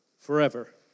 forever